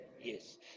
Yes